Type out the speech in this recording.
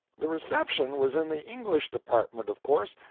the reception was in the english department, of course,